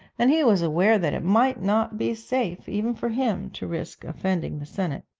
and he was aware that it might not be safe, even for him, to risk offending the senate.